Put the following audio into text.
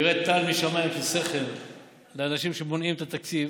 שירד טל משמיים כשכל לאנשים שמונעים את התקציב